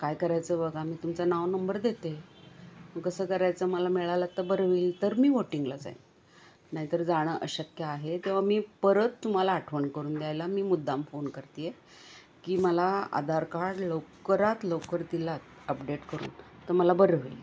आता काय करायचं बघा मी तुमचं नाव नंबर देते कसं करायचं मला मिळाला तर बरं होईल तर मी वोटिंगला जाईल नाहीतर जाणं अशक्य आहे तेव्हा मी परत तुम्हाला आठवण करून द्यायला मी मुद्दाम फोन करतीये की मला आधार कार्ड लवकरात लवकर दिलात अपडेट करून तं मला बरं होईल